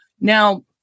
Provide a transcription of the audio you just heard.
Now